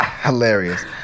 hilarious